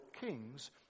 kings